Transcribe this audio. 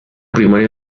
primaria